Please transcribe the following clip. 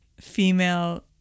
female